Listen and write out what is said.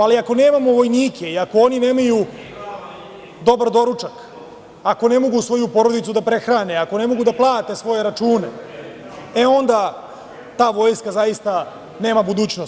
Ali, ako nemamo vojnike i ako oni nemaju dobar doručak, ako ne mogu svoju porodicu da prehrane, ako ne mogu da plate svoje račune, onda ta vojska zaista nema budućnost.